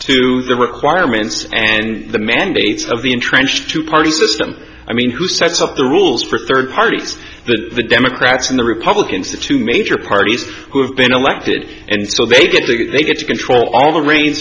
to the requirements and the mandates of the entrenched two party system i mean who sets up the rules for third parties that the democrats and the republicans the two major parties who have been elected and so they get to get they get to control all the ra